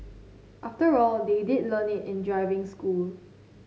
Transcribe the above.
after all they did learn it in driving school